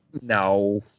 No